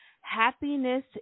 Happiness